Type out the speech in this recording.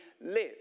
live